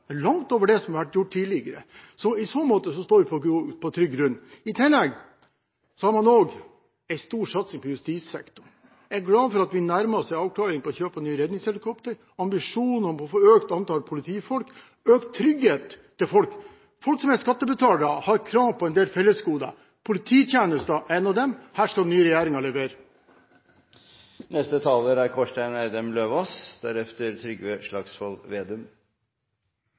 langt over det som har vært gjort tidligere. I så måte står vi på trygg grunn. I tillegg har man også en stor satsing på justissektoren. Jeg er glad for at vi nærmer oss en avklaring når det gjelder kjøp av nye redningshelikoptre og ambisjonen om å få økt antall politifolk og økt trygghet for folk. Folk som er skattebetalere, har krav på en del fellesgoder. Polititjenester er et av dem. Her skal